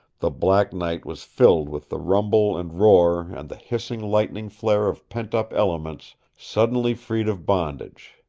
the black night was filled with the rumble and roar and the hissing lightning-flare of pent-up elements suddenly freed of bondage.